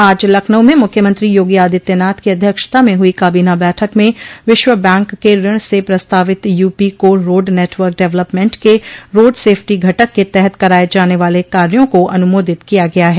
आज लखनऊ में मुख्यमंत्री योगी आदित्यनाथ की अध्यक्षता में हुई काबीना बैठक में विश्व बैंक के ऋण से प्रस्तावित UP core road network development के रोड सेफ़्टी घटक के तहत कराये जाने वाले कार्यो को अनुमोदित किया गया है